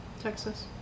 Texas